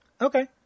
Okay